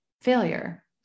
failure